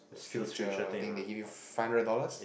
future thing they give you five hundred dollars